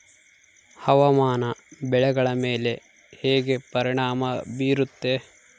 ಹವಾಮಾನ ಬೆಳೆಗಳ ಮೇಲೆ ಹೇಗೆ ಪರಿಣಾಮ ಬೇರುತ್ತೆ?